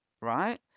right